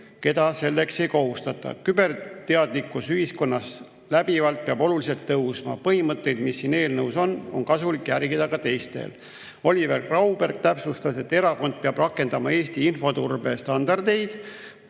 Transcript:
keda selleks ei kohustata. Küberteadlikkus peab ühiskonnas läbivalt oluliselt tõusma. Põhimõtteid, mis siin eelnõus on, on kasulik järgida ka teistel. Oliver Grauberg täpsustas, et erakond peab rakendama Eesti infoturbestandardeid.